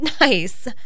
Nice